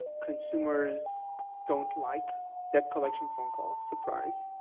consumers don't like debt collection phone calls. surprise,